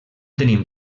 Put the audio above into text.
tenim